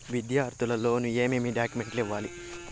విద్యార్థులు లోను ఏమేమి డాక్యుమెంట్లు ఇవ్వాలి?